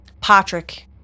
Patrick